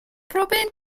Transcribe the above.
propane